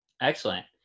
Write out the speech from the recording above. Excellent